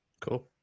cool